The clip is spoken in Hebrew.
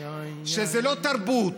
שזה לא תרבות,